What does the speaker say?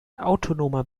autonomer